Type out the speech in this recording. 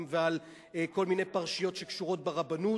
ועל כל מיני פרשיות שקשורות ברבנות.